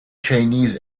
chinese